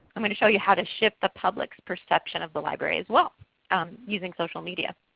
i'm going to show you how to shift the public's perception of the library as well using social media.